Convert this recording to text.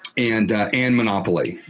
and and monopoly.